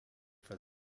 for